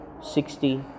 sixty